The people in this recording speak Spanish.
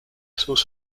sus